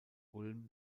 ulm